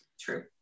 True